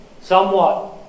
somewhat